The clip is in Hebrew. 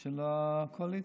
של הקואליציה.